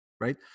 Right